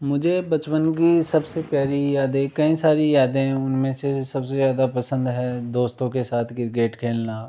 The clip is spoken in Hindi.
मुझे बचपन की सबसे प्यारी यादें कई सारी यादें हैं उनमें से सबसे ज़्यादा पसंद है दोस्तों के साथ क्रिकेट खेलना